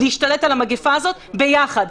להשתלט על המגפה הזאת ביחד.